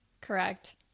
Correct